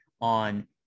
on